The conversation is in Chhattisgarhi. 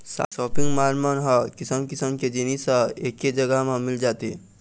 सॉपिंग माल मन ह किसम किसम के जिनिस ह एके जघा म मिल जाथे